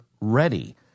ready